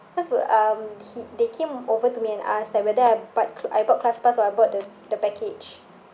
cause we um he they came over to me and ask that whether I but I bought classpass or I bought the s~ the package